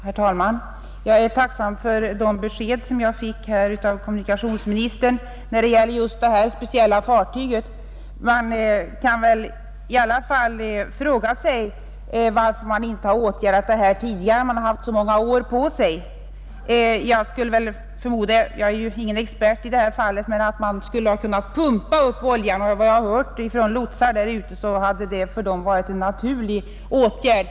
Nr 78 Herr talman! Jag är tacksam för de besked som jag fått av Torsdagen den kommunikationsministern när det gäller detta speciella fartyg. Man kan 6 maj 1971 väl ändå fråga sig varför ingen åtgärd har vidtagits under alla dessa år. Jag är ingen expert, men man borde väl ha kunnat pumpa upp oljan. Efter Om åtgärder för vad jag har hört av lotsar därute hade det varit en naturlig åtgärd.